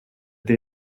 they